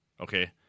Okay